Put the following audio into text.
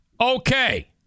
Okay